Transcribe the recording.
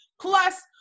Plus